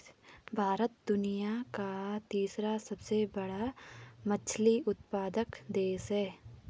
भारत दुनिया का तीसरा सबसे बड़ा मछली उत्पादक देश है